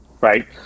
right